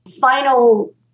final